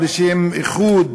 או לשם איחוד,